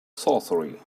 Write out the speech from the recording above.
sorcery